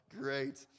Great